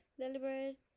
deliberate